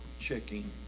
checking